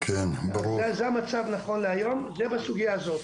זה המצב נכון להיות, זה בסוגיה הזו.